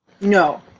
No